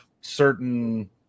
certain